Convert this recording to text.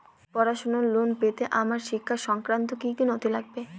পড়াশুনোর লোন পেতে আমার শিক্ষা সংক্রান্ত কি কি নথি লাগবে?